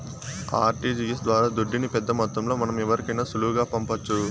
RTGS ద్వారా దుడ్డుని పెద్దమొత్తంలో మనం ఎవరికైనా సులువుగా పంపొచ్చు